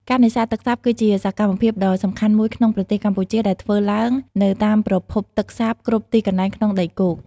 ការនេសាទទឹកសាបគឺជាសកម្មភាពដ៏សំខាន់មួយក្នុងប្រទេសកម្ពុជា ដែលធ្វើឡើងនៅតាមប្រភពទឹកសាបគ្រប់ទីកន្លែងក្នុងដីគោក។